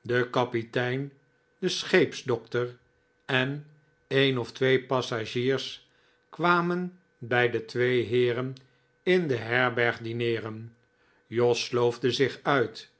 de kapitein de scheepsdokter en een of twee passagiers kwamen bij de twee heeren in de herberg dineeren jos sloofde zich uit